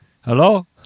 Hello